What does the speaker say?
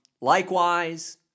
Likewise